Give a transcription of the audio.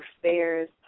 affairs